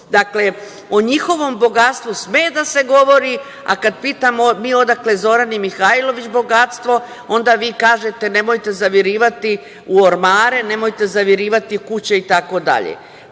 Dakle, o njihovom bogatstvu sme da se govori, a kada pitamo – odakle Zorani Mihajlović bogatstvo, onda vi kažete nemojte zavirivati u ormare, nemojte zavirivati u kuće itd, a